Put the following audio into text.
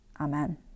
Amen